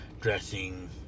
Dressing